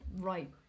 right